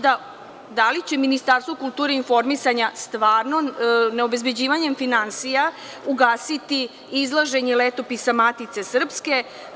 Da li će Ministarstvo kulture i informisanja stvarno, neobezbeđivanjem finansija, ugasiti izlaženje Letopisa Matice srpske?